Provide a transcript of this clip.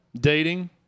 dating